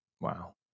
Wow